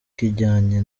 kijyanye